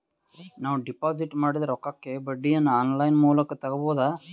ನಾವು ಡಿಪಾಜಿಟ್ ಮಾಡಿದ ರೊಕ್ಕಕ್ಕೆ ಬಡ್ಡಿಯನ್ನ ಆನ್ ಲೈನ್ ಮೂಲಕ ತಗಬಹುದಾ?